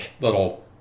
little